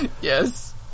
Yes